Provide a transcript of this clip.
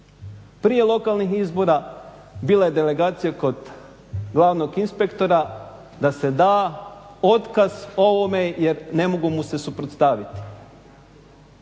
Prije lokalnih izbora bila je delegacija kod glavnog inspektora da se da otkaz ovome jer ne mogu mu se suprotstaviti.